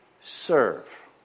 serve